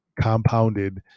compounded